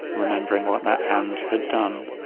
remembering what that hand had done.